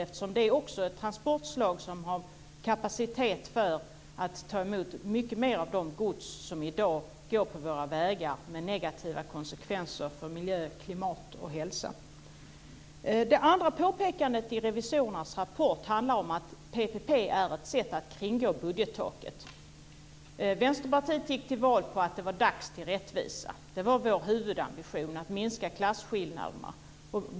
Sjöfarten är ett transportslag som har kapacitet att ta emot mycket mer av det gods som i dag transporteras på våra vägar med negativa konsekvenser för miljö, klimat och hälsa. Det andra påpekandet i revisorernas rapport handlar om att PPP är ett sätt att kringgå budgettaket. Vänsterpartiet gick till val på att det är dags för rättvisa. Vår huvudambition var att minska klasskillnaderna.